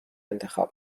انتخاب